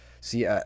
See